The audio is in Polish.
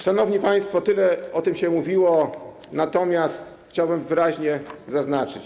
Szanowni państwo, tyle o tym się mówiło, natomiast chciałbym wyraźnie zaznaczyć.